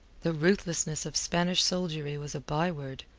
the ruthlessness of spanish soldiery was a byword,